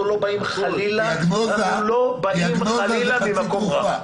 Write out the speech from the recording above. אנחנו לא באים חלילה ממקום רע.